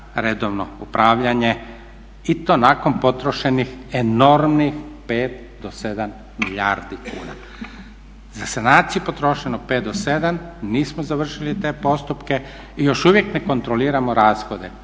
redovno upravljanje i to nakon potrošenih enormnih 5 do 7 milijardi kuna. Za sanaciju je potrošeno 5 do 7, nismo završili te postupke i još uvijek ne kontroliramo rashode.